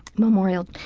memorial.